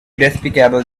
despicable